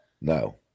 No